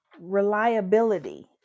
reliability